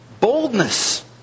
Boldness